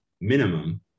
minimum